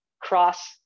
cross